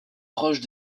proche